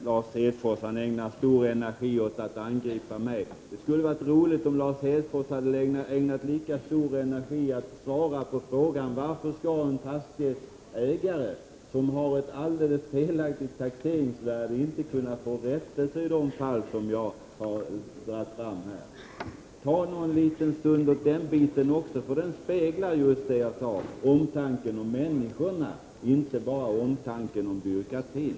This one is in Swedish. Herr talman! Lars Hedfors ägnar stor energi åt att angripa mig. Det skulle ha varit bra om Lars Hedfors hade ägnat lika stor energi åt att svara på frågan varför en fastighetsägare som har åsatts ett helt felaktigt taxeringsvärde för en fastighet inte skall kunna få rättelse i de fall som jag här har pekat på. Ägna någon liten stund också åt den frågan, för den speglar, som jag sade, graden av omtanke om människorna, inte bara om byråkratin.